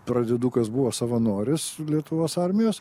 pradinukas buvo savanoris lietuvos armijos